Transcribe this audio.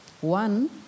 One